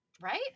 Right